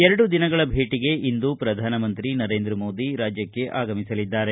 ಎರಡು ದಿನಗಳ ಭೇಟಗೆ ಇಂದು ಪ್ರಧಾನಮಂತ್ರಿ ನರೇಂದ್ರ ಮೋದಿ ರಾಜ್ಜಕ್ಕೆ ಆಗಮಿಸಲಿದ್ದಾರೆ